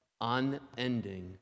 unending